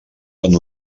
van